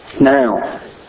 now